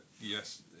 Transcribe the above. yes